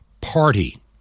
party